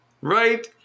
Right